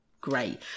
Great